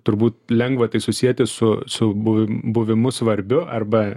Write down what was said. turbūt lengva tai susieti su su buvim buvimu svarbiu arba